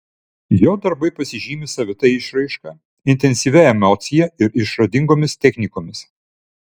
jo darbai pasižymi savita išraiška intensyvia emocija ir išradingomis technikomis